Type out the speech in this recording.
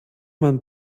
man